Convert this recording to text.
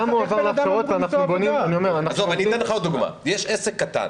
גם הועבר להכשרות ואנחנו --- אתן לך עוד דוגמה: יש עסק קטן